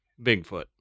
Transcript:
Bigfoot